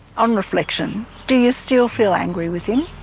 on reflection do you still feel angry with him?